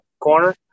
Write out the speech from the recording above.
corner